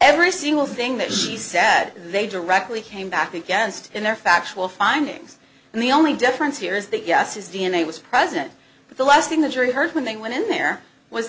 every single thing that she sat they directly came back against in their factual findings and the only difference here is that yes his d n a was present but the last thing the jury heard when they went in there was